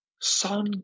Son